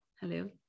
Hello